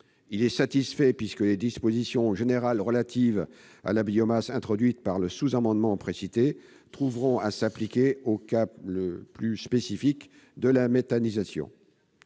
est satisfait puisque les dispositions générales relatives à la biomasse introduites par le sous-amendement précité trouveront à s'appliquer au cas plus spécifique de la méthanisation.